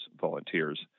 volunteers